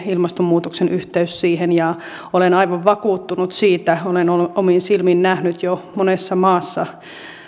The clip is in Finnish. ilmastonmuutoksen yhteys pakolaiskriiseihin ja olen aivan vakuuttunut siitä olen omin silmin nähnyt jo monessa maassa